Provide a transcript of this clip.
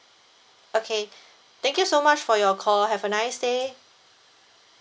okay thank you so much for your call have a nice day